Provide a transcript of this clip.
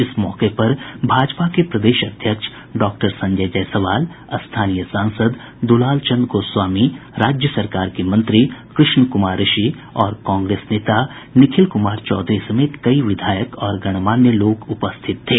इस मौके पर भाजपा के प्रदेश अध्यक्ष संजय जायसवाल स्थानीय सांसद दुलालचंद गोस्वामी राज्य सरकार के मंत्री कृष्ण कुमार ऋषि और कांग्रेस नेता निखिल कुमार चौधरी समेत कई विधायक और गणमान्य लोग उपस्थित थे